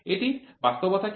এটির বাস্তবতা কি